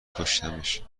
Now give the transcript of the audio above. کشتمش